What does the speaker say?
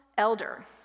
elder